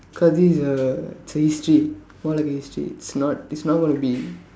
cause this is a it's a history more like a history it's not it's not going to be